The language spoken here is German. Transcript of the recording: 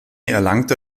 erlangte